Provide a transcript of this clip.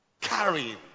carrying